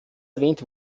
erwähnt